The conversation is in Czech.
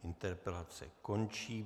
Interpelace končí.